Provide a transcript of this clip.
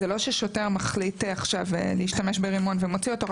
זה לא ששוטר מחליט עכשיו להשתמש ברימון ומוציא אותו.